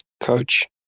Coach